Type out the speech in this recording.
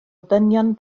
ddynion